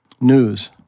news